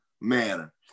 manner